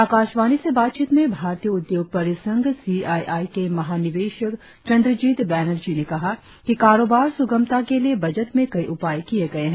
आकाशवाणी से बातचीत में भारतीय उद्योग परिसंघ सीआईआई के महानिवेशक चंद्रजीत बैनर्जी ने कहा कि कारोबार सुगमता के लिए बजट में कई उपाय किए गए है